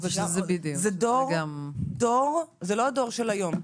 זה לא הדור של היום.